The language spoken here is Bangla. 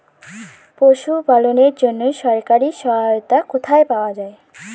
পশু পালনের জন্য সরকারি সহায়তা কোথায় পাওয়া যায়?